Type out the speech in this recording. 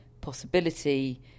possibility